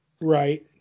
Right